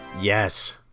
yes